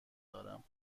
دارم